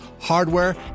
hardware